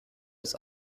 des